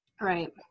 right